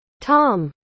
Tom